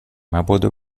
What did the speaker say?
مبادا